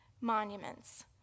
monuments